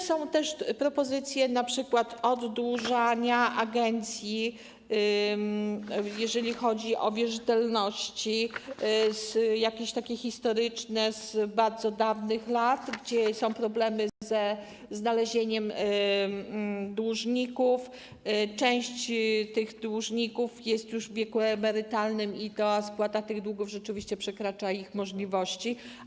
Są też propozycje np. oddłużania agencji, jeżeli chodzi o wierzytelności, jakieś takie historyczne, z bardzo dawnych lat, gdzie są problemy ze znalezieniem dłużników, część z nich jest już w wieku emerytalnym i spłata tych długów rzeczywiście przekracza ich możliwości.